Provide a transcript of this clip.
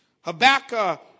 Habakkuk